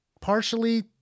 partially